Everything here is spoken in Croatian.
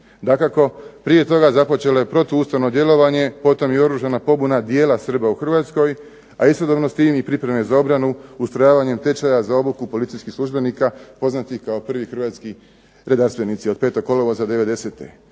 Dakako, prije toga započelo je protuustavno djelovanje, potom i oružana pobuna djela Srba u Hrvatskoj, a istodobno s tim i pripreme za obranu, ustrojavanjem tečaja za obuku policijskih službenika poznatih kao prvi hrvatski redarstvenici od 5. kolovoza '90.